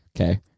Okay